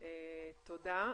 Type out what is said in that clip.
תודה.